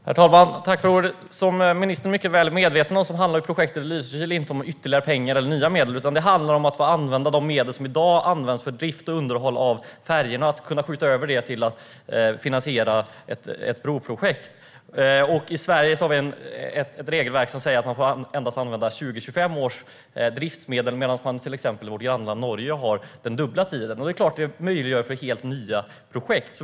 Herr talman! Som ministern mycket väl är medveten om handlar projektet i Lysekil inte om ytterligare pengar eller nya medel. Det handlar om att få använda de medel som i dag används för drift och underhåll av färjorna och kunna skjuta över dem till att finansiera ett broprojekt. I Sverige har vi ett regelverk som säger att man endast får använda 20-25 års driftsmedel medan man till exempel i vårt grannland Norge har den dubbla tiden. Det är klart att det möjliggör helt nya projekt.